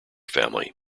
family